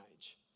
age